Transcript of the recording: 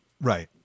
Right